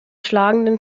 schlagenden